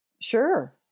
Sure